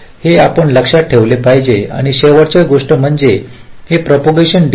हे आपण लक्षात ठेवले पाहिजे आणि शेवटच्या गोष्टी म्हणजे हे प्रोपोगांशन डीले